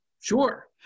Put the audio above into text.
Sure